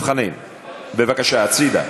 חנין, בבקשה, הצדה.